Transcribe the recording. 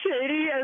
shady